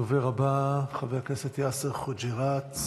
הדובר הבא, חבר הכנסת יאסר חוג'יראת,